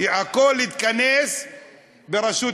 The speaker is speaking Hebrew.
הכול יתכנס ברשות אחת,